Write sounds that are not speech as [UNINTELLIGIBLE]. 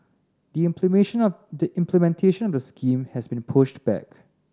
[UNINTELLIGIBLE] of the implementation of the scheme has been pushed back